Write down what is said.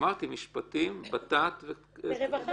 אמרתי משפטים, בט"פ --- ורווחה.